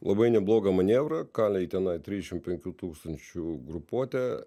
labai neblogą manevrą kalė tenai trisdešim penkių tūkstančių grupuotę